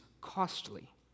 costly